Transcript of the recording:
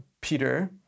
Peter